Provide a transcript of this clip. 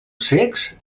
cecs